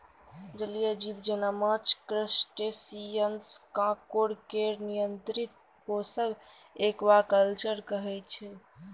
जलीय जीब जेना माछ, क्रस्टेशियंस, काँकोर केर नियंत्रित पोसब एक्वाकल्चर कहय छै